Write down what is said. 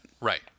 Right